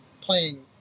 playing